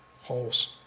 holes